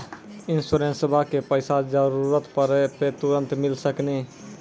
इंश्योरेंसबा के पैसा जरूरत पड़े पे तुरंत मिल सकनी?